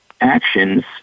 actions